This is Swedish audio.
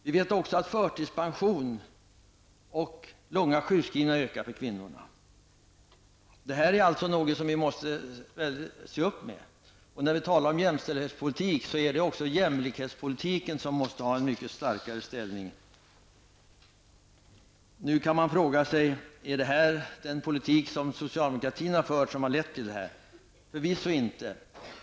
Vi vet också att förtidspension och långa sjukskrivningar har ökat när det gäller kvinnorna. Det här är alltså något som vi måste se upp med. När vi talar om jämställdhetspolitik måste vi konstatera att jämlikhetspolitiken måste ha en mycket starkare ställning. Nu kan man fråga sig om socialdemokratins politik har lett till det här. Förvisso inte!